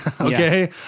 Okay